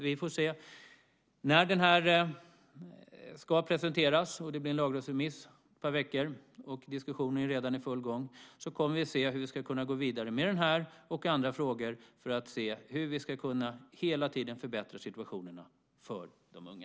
Vi får se när detta ska presenteras och det blir en lagrådsremiss om ett par veckor. Diskussionen är ju redan i full gång. Då kommer vi att se hur vi ska kunna gå vidare med den här och andra frågor för att hela tiden kunna förbättra situationen för de unga.